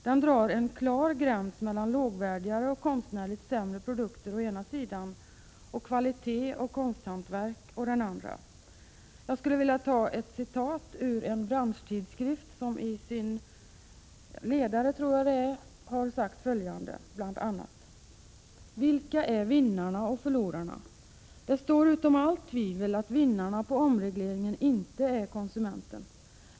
Genom den drar man en klar gräns mellan lågvärdigare och konstnärligt sämre produkter å ena sidan och kvalitet och konsthantverk å den andra. Jag vill anföra ett citat ur en branschtidskrift, där man i ett ledarinlägg har sagt bl.a. följande: ”Vilka är vinnarna och förlorarna? Det står utom allt tvivel, att vinnarna på omregleringen inte är konsumenten.